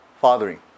fathering